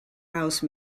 house